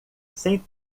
sem